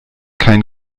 kein